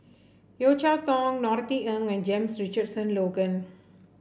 Yeo Cheow Tong Norothy Ng and James Richardson Logan